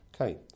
Okay